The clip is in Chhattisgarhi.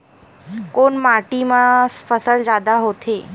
कोन माटी मा फसल जादा होथे?